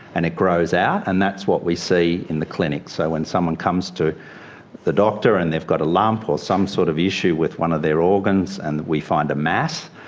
and it grows out. and that's what we see in the clinic. so when someone comes to the doctor and they've got a lump or some sort of issue with one of their organs and we find a mass,